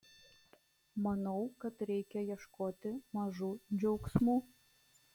manau kad reikia ieškoti mažų džiaugsmų